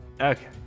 Okay